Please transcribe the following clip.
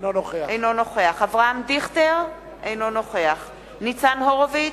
אינו נוכח אברהם דיכטר, אינו נוכח ניצן הורוביץ,